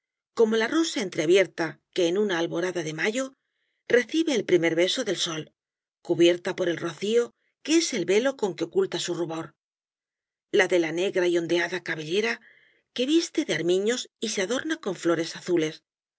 como la rosa entreabierta que en una alborada de mayo recibe el primer beso del sol cubierta por el rocío que es el velo con que oculta su rubor la de la negra y ondeada cabellera que viste de armiños y se adorna con flores azules